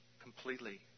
completely